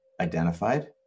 identified